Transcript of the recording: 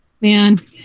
Man